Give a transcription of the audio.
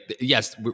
yes